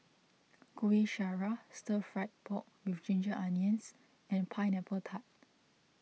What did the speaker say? Kuih Syara Stir Fry Pork with Ginger Onions and Pineapple Tart